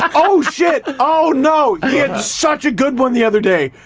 um oh, shit. oh no. yeah. he had such a good one the other day.